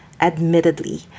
Admittedly